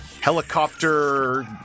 Helicopter